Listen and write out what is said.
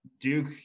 Duke